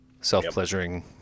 self-pleasuring